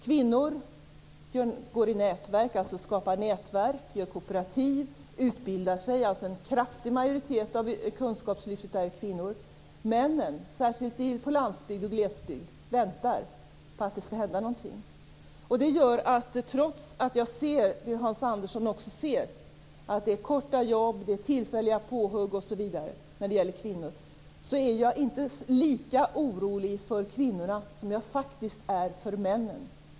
Kvinnor skapar nätverk, bildar kooperativ eller utbildar sig - en kraftig majoritet av kunskapslyftet utgörs av kvinnor. Männen, särskilt på landsbygd och i glesbygd, väntar på att det skall hända någonting. Trots att jag ser att det är fråga om korta jobb och tillfälliga påhugg för kvinnor är jag inte lika orolig för kvinnorna som jag är för männen.